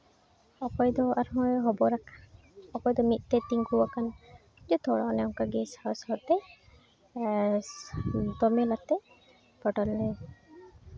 ᱚᱠᱚᱭ ᱫᱚ ᱟᱨᱦᱚᱸᱭ ᱦᱚᱵᱚᱨ ᱟᱠᱟᱱ ᱚᱠᱚᱭ ᱫᱚ ᱢᱤᱫ ᱛᱮ ᱛᱤᱸᱜᱩ ᱟᱠᱟᱱ ᱡᱚᱛᱚ ᱦᱚᱲ ᱚᱱᱮ ᱚᱱᱠᱟᱜᱮ ᱥᱟᱶ ᱥᱟᱶᱛᱮ ᱫᱳᱢᱮᱞ ᱟᱛᱮᱜ ᱯᱷᱳᱴᱳᱞᱮ